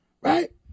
Right